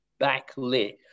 backlit